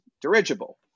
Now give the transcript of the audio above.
dirigible